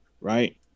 right